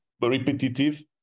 repetitive